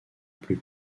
plus